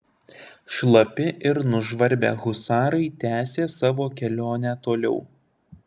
šlapi ir nužvarbę husarai tęsė savo kelionę toliau